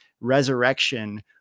resurrection